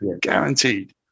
Guaranteed